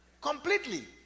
completely